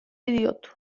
diot